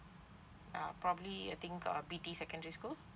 ah probably I think uh B_T secondary school